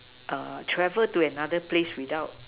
travel to another place without